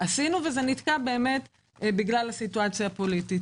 עשינו, זה נתקע בגללה הסיטואציה הפוליטית.